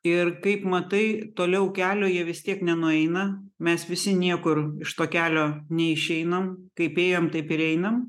ir kaip matai toliau kelio jie vis tiek nenueina mes visi niekur iš to kelio neišeinam kaip ėjom taip ir einam